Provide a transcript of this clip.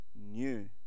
new